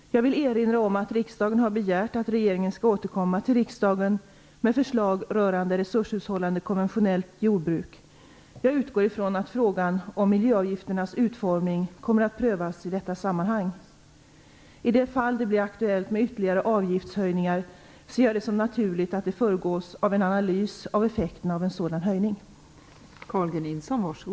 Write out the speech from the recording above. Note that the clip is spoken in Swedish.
Jag vill erinra om att riksdagen har begärt att regeringen skall återkomma till riksdagen med förslag rörande resurshushållande konventionellt jordbruk. Jag utgår ifrån att frågan om miljöavgifternas utformning kommer att prövas i detta sammanhang. I det fall det blir aktuellt med ytterligare avgiftshöjningar ser jag det som naturligt att de föregås av en analys av effekterna av en sådan höjning.